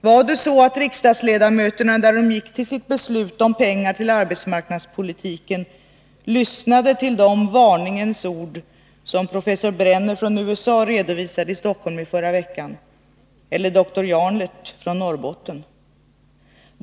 Var det så att riksdagsledamöterna när de gick till sitt beslut om pengar till arbetsmarknadspolitiken lyssnade till de varningens ord som professor Brenner från USA redovisade i Stockholm i förra veckan eller doktor Janlert från Norrbotten?